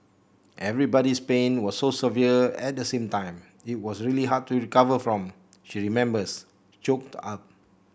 everybody's pain was so severe at the same time it was really hard to recover from she remembers choked up